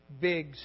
big